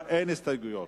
אין הסתייגויות.